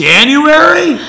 January